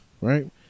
right